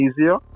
easier